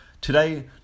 Today